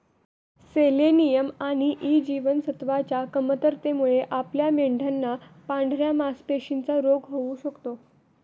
selenium आणि E जीवनसत्वच्या कमतरतेमुळे आपल्या मेंढयांना पांढऱ्या मासपेशींचा रोग होऊ शकतो